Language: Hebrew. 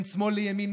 לשמאל ולימין,